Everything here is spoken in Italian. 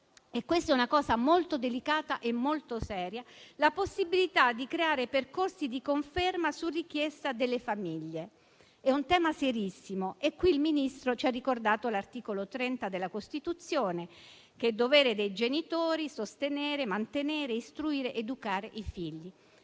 - ed è un tema molto delicato e serio - la possibilità di creare percorsi di conferma su richiesta delle famiglie. È un tema serissimo e qui il Ministro ci ha ricordato l'articolo 30 della Costituzione: è dovere dei genitori sostenere, mantenere, istruire ed educare i figli.